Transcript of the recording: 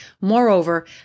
Moreover